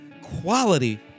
quality